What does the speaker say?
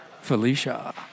Felicia